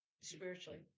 spiritually